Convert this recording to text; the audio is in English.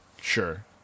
sure